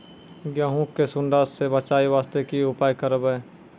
गहूम के सुंडा से बचाई वास्ते की उपाय करबै?